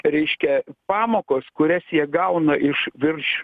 reiškia pamokos kurias jie gauna iš virš